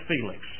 Felix